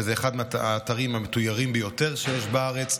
וזה אחד האתרים המתוירים ביותר שיש בארץ.